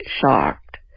shocked